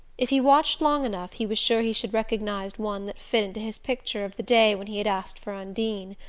if he watched long enough he was sure he should recognize one that fitted into his picture of the day when he had asked for undine.